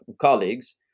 colleagues